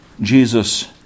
Jesus